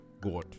God